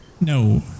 No